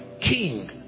king